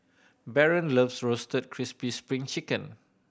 Baron loves Roasted Crispy Spring Chicken